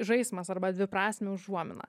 žaismas arba dviprasmė užuomina